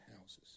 houses